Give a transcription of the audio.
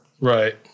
Right